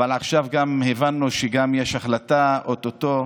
ועכשיו גם הבנו שיש החלטה או-טו-טו